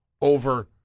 over